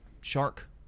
shark